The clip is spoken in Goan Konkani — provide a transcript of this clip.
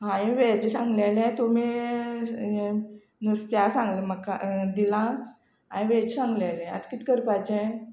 हांयें वेज सांगलेले तुमी नुस्त्या सांगले म्हाका दिला हांयें वेज सांगलेले आतां कित करपाचे